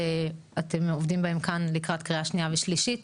אתם עובדים בהם כאן לקראת קריאה שנייה ושלישית.